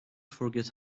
forget